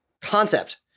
concept